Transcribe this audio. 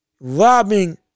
Robbing